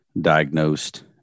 diagnosed